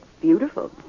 beautiful